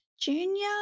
Junior